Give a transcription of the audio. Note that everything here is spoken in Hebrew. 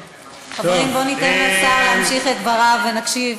חברים, בואו ניתן לשר להמשיך את דבריו ונקשיב.